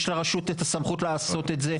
יש לרשות את הסמכות לעשות את זה.